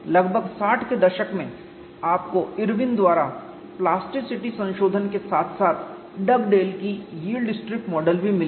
लगभग 60 के दशक में आपको इरविन द्वारा प्लास्टिसिटी संशोधन के साथ साथ डगडेल की यील्ड स्ट्रिप मॉडल भी मिल गया